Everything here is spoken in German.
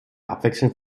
abwechselnd